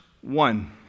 one